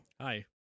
Hi